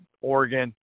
Oregon